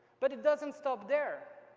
but it doesn't stop there.